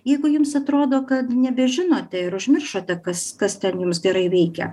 jeigu jums atrodo kad nebežinote ir užmiršote kas kas ten jums gerai veikia